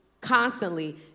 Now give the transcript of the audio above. constantly